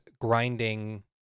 grinding